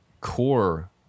core